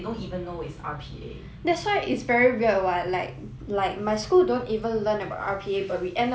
that's why it's very weird what like like my school don't even learn about R_P_A but we end up having courses is that